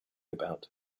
about